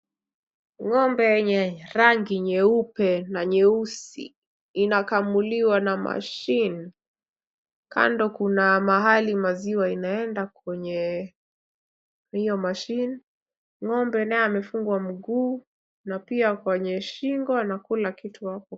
Ng'ombe yenye rangi nyeupe na nyeusi inakamuliwa na mashin . Kando kuna mahali maziwa inaenda kwenye hiyo mashin , ng'ombe naye amefungwa mguu na pia kwenye shingo anakula kitu hapo.